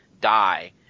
die